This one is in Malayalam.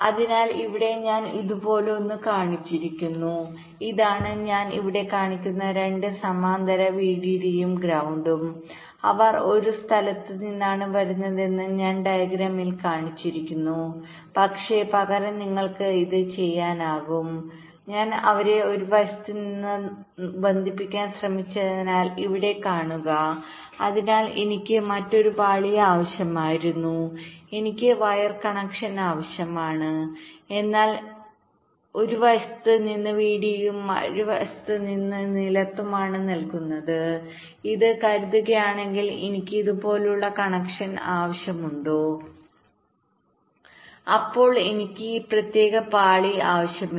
അതിനാൽ ഇവിടെ ഞാൻ ഇതുപോലൊന്ന് കാണിച്ചിരിക്കുന്നു ഇതാണ് ഞാൻ ഇവിടെ കാണിക്കുന്ന രണ്ട് സമാന്തര വിഡിഡിയും ഗ്രൌണ്ടും അവർ ഒരു സ്ഥലത്ത് നിന്നാണ് വരുന്നതെന്ന് ഞാൻ ഡയഗ്രാമിൽ കാണിച്ചിരിക്കുന്നു പക്ഷേ പകരം നിങ്ങൾക്ക് ഇത് ചെയ്യാനാകും ഞാൻ അവരെ ഒരു വശത്ത് നിന്ന് ബന്ധിപ്പിക്കാൻ ശ്രമിച്ചതിനാൽ ഇവിടെ കാണുക അതിനാൽ എനിക്ക് മറ്റൊരു പാളി ആവശ്യമായിരുന്നു എനിക്ക് വയർ കണക്ഷൻ ആവശ്യമാണ് എന്നാൽ ഞാൻ ഒരു വശത്ത് നിന്ന് വിഡിഡിയും മറുവശത്ത് നിന്ന് നിലത്തുമാണ് നൽകുന്നത് എന്ന് കരുതുകയാണെങ്കിൽ എനിക്ക് ഇതുപോലുള്ള കണക്ഷൻ ആവശ്യമുണ്ടോ അപ്പോൾ എനിക്ക് ഈ പ്രത്യേക പാളി ആവശ്യമില്ല